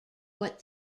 what